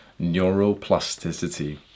neuroplasticity